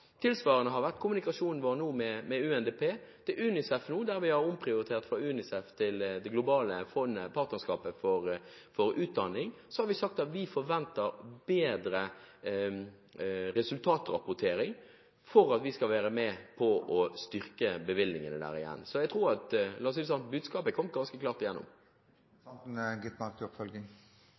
tilsvarende har vært kommunikasjonen vår nå med UNDP, og med UNICEF, der vi har omprioritert fra UNICEF til Det globale partnerskapet for utdanning, og vi har sagt at vi forventer bedre resultatrapportering for at vi igjen skal styrke bevilgningene. Så la oss si det sånn: Budskapet har kommet ganske klart fram. Konsekvensen av norsk politikk når det gjelder å vri støtten, har jo vært at man har økt med noen titalls millioner til